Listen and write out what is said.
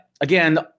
again